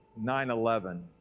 9-11